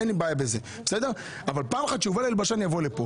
אין לי בעיה אבל פעם אחת שיובל אלבשן יבוא לכאן.